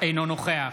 אינו נוכח